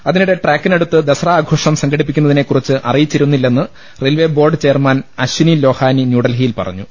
അതിനിടെ ട്രാക്കിനടുത്ത് ദസറ് ആഘോഷം സംഘടിപ്പി ക്കുന്നതിനെ കുറിച്ച് അറിയിച്ചിരുന്നില്ലെന്ന് railway board chairman Ashwini Lohani ന്യൂഡൽഹിയിൽ പറഞ്ഞു